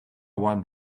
won